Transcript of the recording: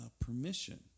permission